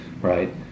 right